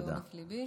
מעומק ליבי.